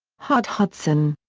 hud hudson.